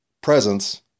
presence